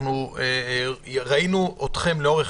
אני רוצה להגיד שראינו אתכם עובדים לאורך